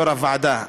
יו"ר הוועדה,